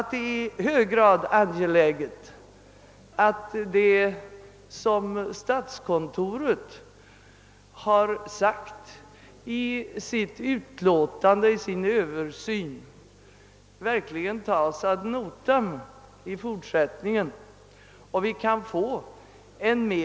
Det är i hög grad angeläget att det som statskontoret anfört i sitt betänkande i samband med den genomförda översynen i fortsättningen verkligen tas ad notam.